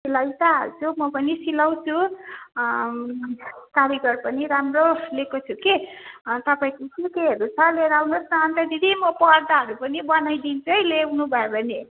सिलाई त हाल्छु म पनि सिलाउँछु कारिगर पनि राम्रो ल्याएको छु कि तपाईँको के केहरू छ लिएर आउनोस् न अन्त दिदी म पर्दाहरू पनि बनाइदिन्छु है ल्याउनु भयो भने